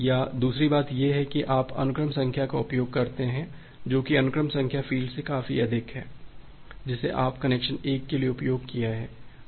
या दूसरी बात यह है कि आप अनुक्रम संख्या का उपयोग करते हैं जो कि अनुक्रम संख्या फ़ील्ड से काफी अधिक है जिसे आपने कनेक्शन 1 के लिए उपयोग किया है